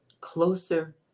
closer